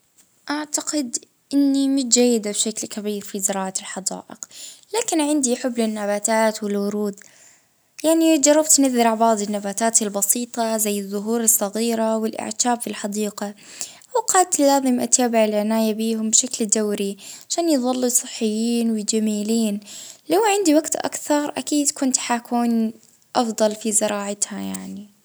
اه والله نحب النباتات ونلجاها حاجة مريحة، أنا ما عنديش خبرة كبيرة في الزراعة عندي شوية نباتات داخلية زي الصبار واللبلاب.